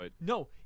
No